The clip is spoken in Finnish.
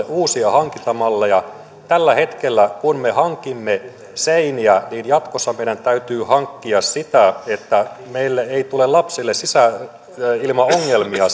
uusia hankintamalleja tällä hetkellä kun me hankimme seiniä niin jatkossa meidän täytyy hankkia sitä että meillä ei ole lapsille sisäilmaongelmia